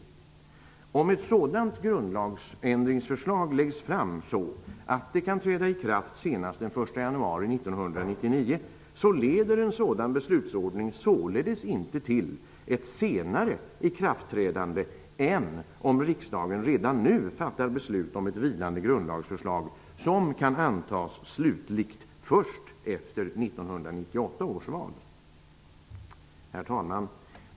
Om ett sådant grundlagsändringsförslag läggs fram så att det kan träda i kraft senast den 1 januari 1999, leder en sådan beslutsordning således inte till ett senare ikraftträdande än om riksdagen redan nu fattar beslut om ett vilande grundlagsförslag som kan antas slutligt först efter 1998 års val. Herr talman!